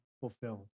fulfilled